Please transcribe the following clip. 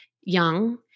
young